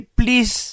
please